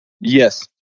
Yes